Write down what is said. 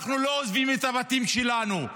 אנחנו לא עוזבים את הבתים שלנו,